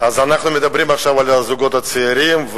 אנחנו מדברים עכשיו על הזוגות הצעירים.